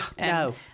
No